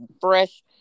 fresh